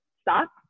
stop